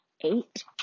eight